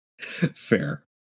Fair